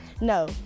no